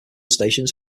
stations